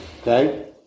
Okay